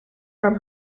from